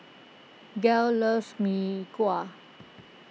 Gayle loves Mee Kuah